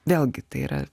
vėlgi tai yra